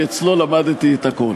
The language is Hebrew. כי אצלו למדתי את הכול.